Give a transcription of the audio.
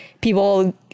people